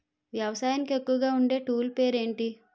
వ్యవసాయానికి ఎక్కువుగా వాడే టూల్ పేరు ఏంటి?